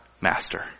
master